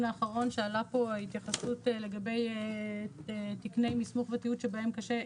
האחרון שעלתה פה ההתייחסות לגבי תקני מסמוך ותיעוד שבהם קשה,